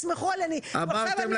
איך ראשי מועצות יסמכו עלינו אם עכשיו אני